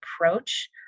approach